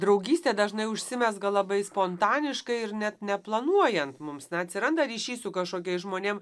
draugystė dažnai užsimezga labai spontaniškai ir net neplanuojant mums atsiranda ryšys su kašokiais žmonėm